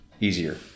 easier